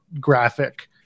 graphic